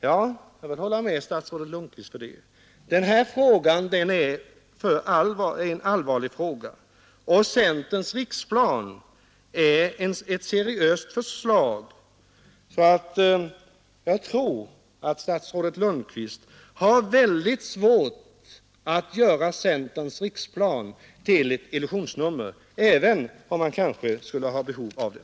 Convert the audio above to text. Ja, jag håller med statsrådet Lundkvist om det. Detta är en allvarlig fråga, och centerns riksplan är ett seriöst förslag, så jag tror att statsrådet Lundkvist har svårt att göra centerns riksplan till ett illusionsnummer, även om han kanske skulle ha behov av det.